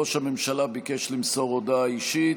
ראש הממשלה ביקש למסור הודעה אישית.